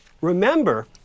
remember